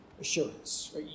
assurance